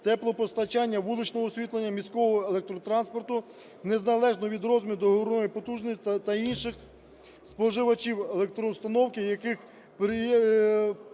теплопостачання, вуличного освітлення, міського електротранспорту, незалежно від розміру договірної потужності, та інших споживачів електроустановки, які приєднані